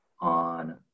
on